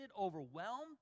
overwhelmed